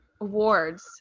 awards